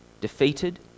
defeated